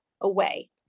away